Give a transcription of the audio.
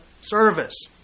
service